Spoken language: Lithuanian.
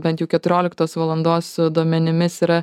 bent jau keturioliktos valandos duomenimis yra